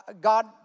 God